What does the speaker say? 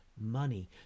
money